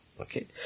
Okay